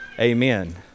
Amen